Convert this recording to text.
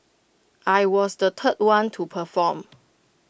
I was the third one to perform